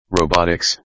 robotics